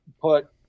put